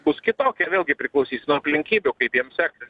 bus kitokia vėlgi priklausys nuo aplinkybių kaip jiem seksis